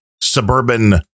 suburban